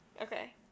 Okay